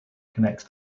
connects